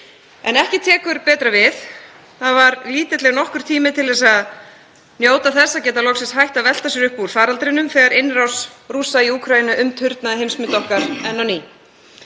En ekki tekur betra við. Það var lítill ef nokkur tími til að njóta þess að geta loksins hætt að velta sér upp úr faraldrinum þegar innrás Rússa í Úkraínu umturnaði heimsmynd okkar enn á ný.